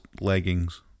leggings